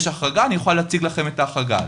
יש החרגה, אני אוכל להציג לכם את ההחרגה הזאת.